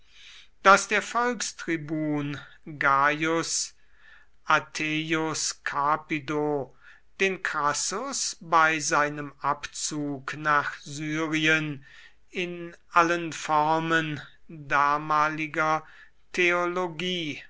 daß der volkstribun gaius ateius capito den crassus bei seinem abzug nach syrien in allen formen damaliger theologie